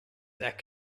that